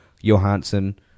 Johansson